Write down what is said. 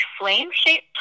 flame-shaped